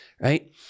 right